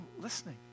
listening